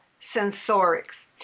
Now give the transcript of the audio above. sensorics